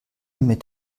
mit